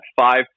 five